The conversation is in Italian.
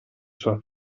sua